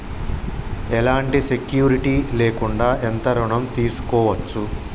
ఎలాంటి సెక్యూరిటీ లేకుండా ఎంత ఋణం తీసుకోవచ్చు?